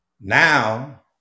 Now